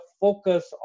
focus